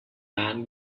land